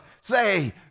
say